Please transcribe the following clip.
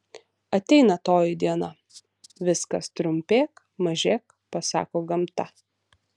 ateina toji diena viskas trumpėk mažėk pasako gamta